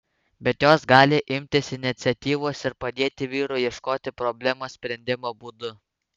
bet jos gali imtis iniciatyvos ir padėti vyrui ieškoti problemos sprendimo būdų